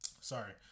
Sorry